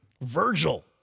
Virgil